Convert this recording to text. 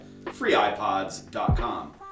freeipods.com